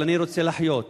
אבל אני רוצה לחיות.